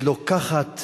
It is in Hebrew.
שלוקחת